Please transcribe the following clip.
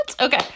Okay